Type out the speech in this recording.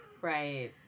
Right